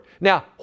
Now